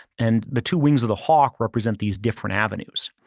and the two wings of the hawk represent these different avenues.